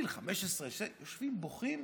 בני 15, יושבים ובוכים